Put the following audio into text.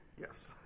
Yes